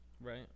Right